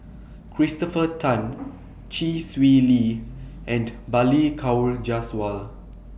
Christopher Tan Chee Swee Lee and Balli Kaur Jaswal